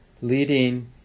leading